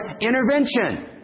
intervention